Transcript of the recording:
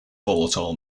volatile